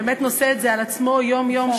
שנושא את זה על עצמו יום-יום,